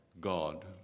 God